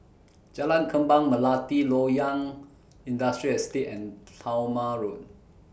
Jalan Kembang Melati Loyang Industrial Estate and Talma Road